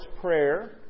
Prayer